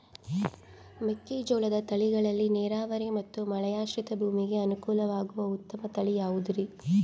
ಮೆಕ್ಕೆಜೋಳದ ತಳಿಗಳಲ್ಲಿ ನೇರಾವರಿ ಮತ್ತು ಮಳೆಯಾಶ್ರಿತ ಭೂಮಿಗೆ ಅನುಕೂಲವಾಗುವ ಉತ್ತಮ ತಳಿ ಯಾವುದುರಿ?